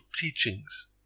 teachings